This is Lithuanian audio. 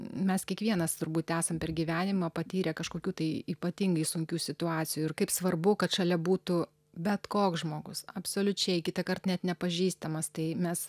mes kiekvienas turbūt esam per gyvenimą patyrę kažkokių tai ypatingai sunkių situacijų ir kaip svarbu kad šalia būtų bet koks žmogus absoliučiai kitąkart net nepažįstamas tai mes